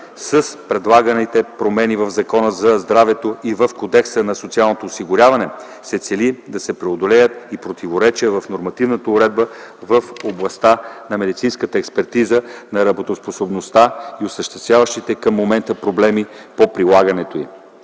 с предлаганите промени в Закона за здравето и в Кодекса за социално осигуряване се цели да се преодолеят противоречията в нормативната уредба в областта на медицинската експертиза на работоспособността и съществуващите към момента проблеми по прилагането й.